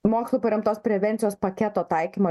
mokslu paremtos prevencijos paketo taikymą